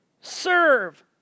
serve